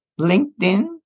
LinkedIn